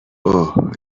اوه